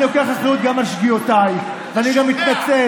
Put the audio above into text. אני לוקח אחריות על שגיאותיי, ואני גם מתנצל.